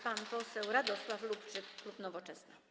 Pan poseł Radosław Lubczyk, klub Nowoczesna.